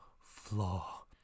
flaw